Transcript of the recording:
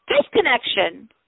disconnection